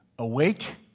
Awake